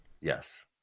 Yes